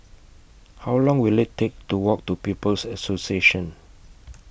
How Long Will IT Take to Walk to People's Association